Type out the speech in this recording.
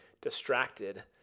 distracted